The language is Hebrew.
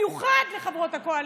ובמיוחד לחברות הקואליציה,